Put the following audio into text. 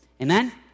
Amen